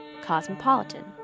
Cosmopolitan